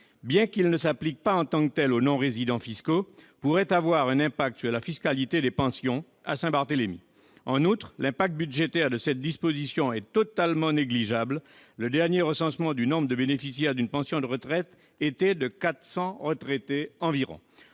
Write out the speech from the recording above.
bien qu'il ne s'applique pas en tant que tel aux non-résidents fiscaux, pourrait avoir un impact sur la fiscalité des pensions à Saint-Barthélemy. En outre, l'impact budgétaire de cette disposition est totalement négligeable : le dernier recensement du nombre de bénéficiaires d'une pension de retraite était d'environ 400 retraités. Enfin,